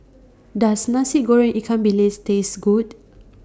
Does Nasi Goreng Ikan Bilis Taste Good